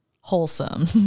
wholesome